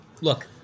Look